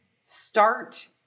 start